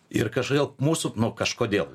ir kažkodėl mūsų nu kažkodėl